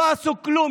לא עשו כלום.